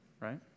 right